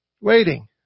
waiting